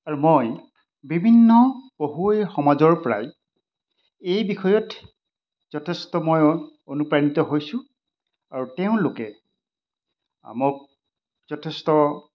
আৰু মই বিভিন্ন পঢ়ুৱৈ সমাজৰ পৰাই এই বিষয়ত যথেষ্ট মই অনুপ্ৰাণিত হৈছোঁ আৰু তেওঁলোকে মোক যথেষ্ট